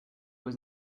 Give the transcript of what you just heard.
was